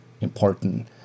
important